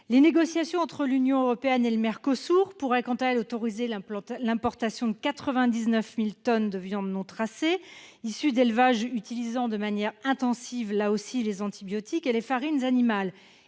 Les négociations entre l'Union européenne et le Mercosur pourraient, quant à elles, autoriser l'importation de 99 000 tonnes de viande non tracée, issue d'élevages utilisant de manière intensive les antibiotiques et les farines animales.